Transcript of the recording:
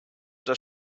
does